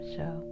Show